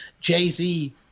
Jay-Z